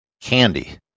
Candy